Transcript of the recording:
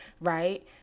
right